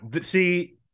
See